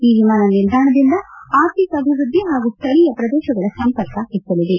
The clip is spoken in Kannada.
ಈ ವಿಮಾನ ನಿಲ್ದಾಣದಿಂದ ಅರ್ಥಿಕ ಅಭಿವೃದ್ದಿ ಹಾಗೂ ಸ್ವಳೀಯ ಪ್ರದೇಶಗಳ ಸಂಪರ್ಕ ಹೆಚ್ಚಲಿದೆ